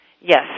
yes